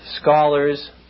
scholars